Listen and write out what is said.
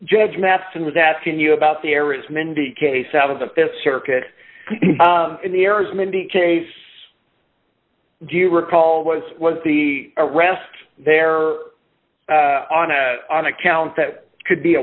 judge mathis and was asking you about the areas mindy case out of the circuit in the areas mindy case do you recall was was the arrest there on to an account that could be a